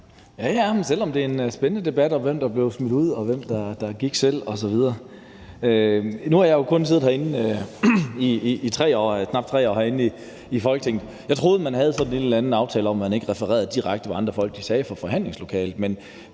(NB): Det er en spændende debat om, hvem der blev smidt ud, og hvem der gik selv osv. Nu har jeg jo kun siddet herinde i Folketinget i knap 3 år. Jeg troede, man havde sådan en eller anden aftale om, at man ikke refererede direkte, hvad andre folk sagde i forhandlingslokalet.